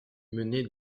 mené